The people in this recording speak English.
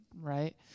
right